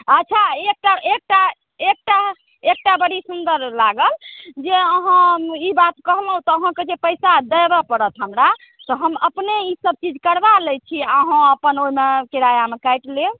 अच्छा एकटा एकटा एकटा एकटा बड़ी सुन्दर लागल जे अहाँ ई बात कहलहुँ तऽ अहाँके जे पैसा देबऽ पड़त हमरा तऽ हम अपने ई सब चीज करबा लै छी अहाँ अपन ओहिमे किरायामे काटि लेब